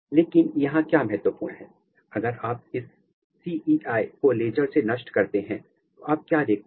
लेकिन यहाँ क्या महत्वपूर्ण है अगर आप इस CEI को लेजर से नष्ट करते हैं तो आप क्या देखते हैं